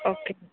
okay